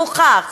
מוכח,